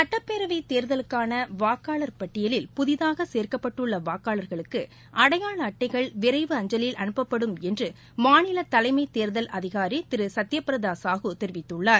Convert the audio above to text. சட்டப்பேரவை தேர்தலுக்கான வாக்காளர் பட்டியலில் புதிதாக சேர்க்கப்பட்டுள்ள வாக்காளர்களுக்கு அடையாள அட்டைகள் விரைவு அஞ்சலில் அனுப்பப்படும் என்று மாநில தலைமை தேர்தல் அதிகாரி திரு சத்தியபிரதா சாஹூ தெரிவித்துள்ளார்